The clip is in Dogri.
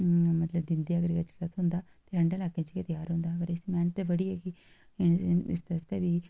मतलब दिंदे एग्रीकल्चरल दा थ्होंदा ठंडे लाकें च गै त्यार होंदा एह् इस मेह्नत बड़ी इस आस्तै बी